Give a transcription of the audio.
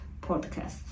podcast